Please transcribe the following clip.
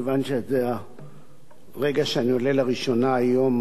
כיוון שזה הרגע שאני עולה לראשונה היום